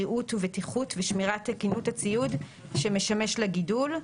בריאות ובטיחות ושמירת תקינות הציוד שמשמש לגידול.